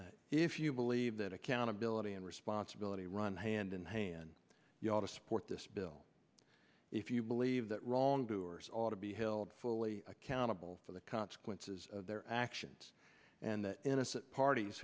bill if you believe that accountability and responsibility run hand in hand you ought to support this bill if you believe that wrong doers ought to be held fully accountable for the consequences of their actions and that innocent parties